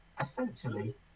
essentially